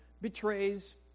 betrays